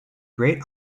great